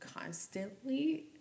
constantly